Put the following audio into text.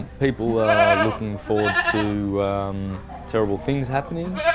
people are looking forward to terrible things happening,